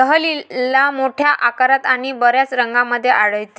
dahlia मोठ्या आकारात आणि बर्याच रंगांमध्ये आढळते